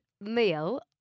meal